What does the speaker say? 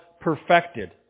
perfected